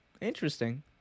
Interesting